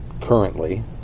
currently